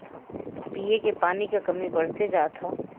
पिए के पानी क कमी बढ़्ते जात हौ